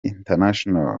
international